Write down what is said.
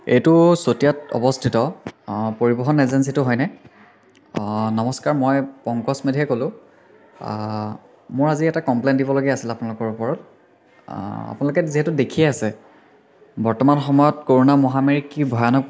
এইটো চতিয়াত অৱস্থিত পৰিবহন এজেঞ্চীটো হয়নে নমস্কাৰ মই পংকজ মেধিয়ে ক'লোঁ মোৰ আজি এটা কমপ্লেইন দিবলগীয়া আছিলে আপোনালোকৰ ওপৰত আপোনালোকে যিহেতু দেখিয়েই আছে বৰ্তমান সময়ত কৰোনা মহামাৰী কি ভয়ানক